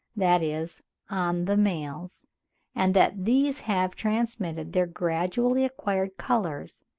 that is, on the males and that these have transmitted their gradually-acquired colours,